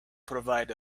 provide